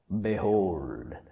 behold